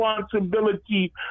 responsibility